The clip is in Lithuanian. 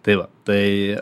tai va tai